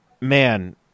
Man